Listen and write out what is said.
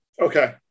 Okay